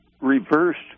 reversed